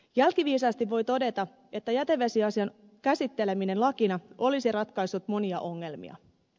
jälkiviisaasti voi todeta että jätevesiasian käsitteleminen lakina olisi ratkaissut monia ongelmia